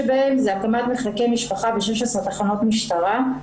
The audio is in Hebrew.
שבהן זה הקמת מחלקי משפחה ב-16 תחנות משטרה.